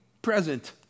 present